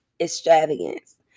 extravagance